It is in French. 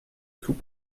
tout